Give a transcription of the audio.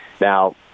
Now